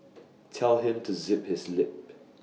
tell him to zip his lip